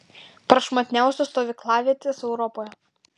prašmatniausios stovyklavietės europoje